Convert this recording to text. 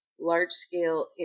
large-scale